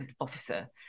officer